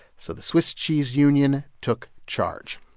so the swiss cheese union took charge.